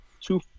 two